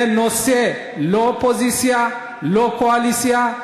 זה נושא לא של אופוזיציה ולא של קואליציה.